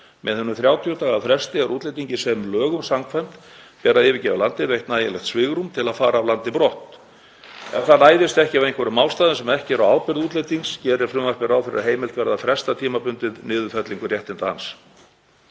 Með hinum 30 daga fresti er útlendingi, sem lögum samkvæmt ber að yfirgefa landið, veitt nægilegt svigrúm til að fara af landi brott. Ef það næst ekki af einhverjum ástæðum sem ekki eru á ábyrgð útlendings gerir frumvarpið ráð fyrir að heimilt verði fresta tímabundið niðurfellingu réttinda